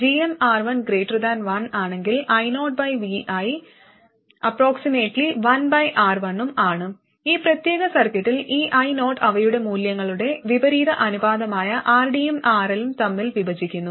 gmR1 1 ആണെങ്കിൽ iovi 1R1ഉം ആണ് ഈ പ്രത്യേക സർക്യൂട്ടിൽ ഈ io അവയുടെ മൂല്യങ്ങളുടെ വിപരീത അനുപാതമായ RD യും RL തമ്മിൽ വിഭജിക്കുന്നു